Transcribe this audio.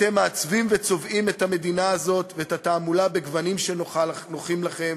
אתם מעצבים וצובעים את המדינה הזאת ואת התעמולה בגוונים שנוחים לכם,